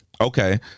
Okay